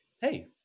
hey